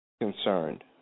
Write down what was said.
concerned